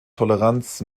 toleranz